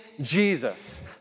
Jesus